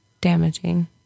damaging